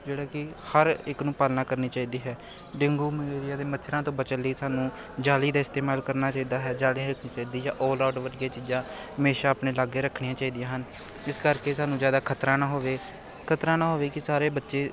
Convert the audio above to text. ਜਿਹੜਾ ਕਿ ਹਰ ਇੱਕ ਨੂੰ ਪਾਲਣਾ ਕਰਨੀ ਚਾਹੀਦੀ ਹੈ ਡੇਂਗੂ ਮਲੇਰੀਆ ਦੇ ਮੱਛਰਾਂ ਤੋਂ ਬਚਣ ਲਈ ਸਾਨੂੰ ਜਾਲੀ ਦਾ ਇਸਤੇਮਾਲ ਕਰਨਾ ਚਾਹੀਦਾ ਹੈ ਜਾਲੀ ਰੱਖਣੀ ਚਾਹੀਦੀ ਜਾਂ ਆਲ ਆਊਟ ਵਰਗੀਆਂ ਚੀਜ਼ਾਂ ਹਮੇਸ਼ਾ ਆਪਣੇ ਲਾਗੇ ਰੱਖਣੀਆਂ ਚਾਹੀਦੀਆਂ ਹਨ ਇਸ ਕਰਕੇ ਸਾਨੂੰ ਜ਼ਿਆਦਾ ਖਤਰਾ ਨਾ ਹੋਵੇ ਖਤਰਾ ਨਾ ਹੋਵੇ ਕਿ ਸਾਰੇ ਬੱਚੇ